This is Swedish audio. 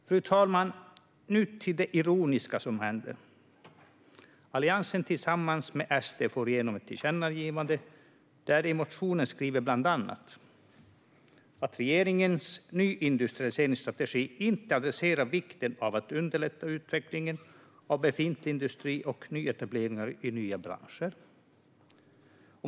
Fru talman! Nu vill jag gå över till det som jag tycker är ironiskt. Alliansen får tillsammans med SD igenom ett tillkännagivande där de i motionen skriver bland annat att regeringens nyindustrialiseringsstrategi inte adresserar vikten av att underlätta utvecklingen av befintlig industri och nyetablering i nya branscher.